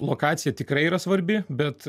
lokacija tikrai yra svarbi bet